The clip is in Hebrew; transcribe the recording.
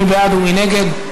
מי בעד ומי נגד?